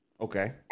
Okay